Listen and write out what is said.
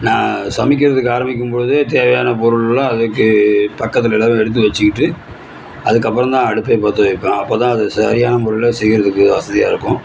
நான் சமைக்கிறதுக்கு ஆரம்பிக்கும்போது தேவையான பொருள்லாம் அதுக்கு பக்கத்தில் எல்லாமே எடுத்துவச்சுக்கிட்டு அதற்கப்பறந்தான் அடுப்பே பற்றவைப்பேன் அப்ப தான் அது சரியான முறையில் செய்யறதுக்கு வசதியாக இருக்கும்